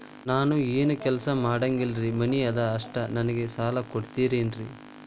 ನಾನು ಏನು ಕೆಲಸ ಮಾಡಂಗಿಲ್ರಿ ಮನಿ ಅದ ಅಷ್ಟ ನನಗೆ ಸಾಲ ಕೊಡ್ತಿರೇನ್ರಿ?